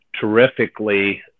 terrifically